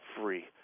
free